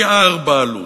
פי-ארבעה עלות.